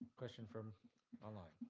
question from online.